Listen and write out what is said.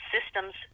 Systems